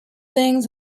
things